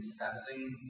confessing